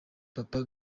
papa